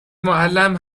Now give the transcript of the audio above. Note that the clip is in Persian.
معلم